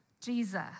Jesus